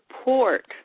support